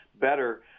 better